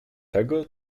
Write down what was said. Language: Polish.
tego